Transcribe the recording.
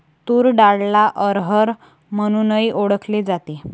तूर डाळला अरहर म्हणूनही ओळखल जाते